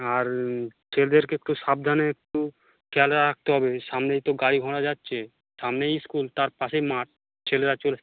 আর ছেলেদেরকে একটু সাবধানে একটু খেয়ালে রাখতে হবে সামনেই তো গাড়ি ঘোড়া যাচ্ছে সামনেই স্কুল তার পাশেই মাঠ ছেলেরা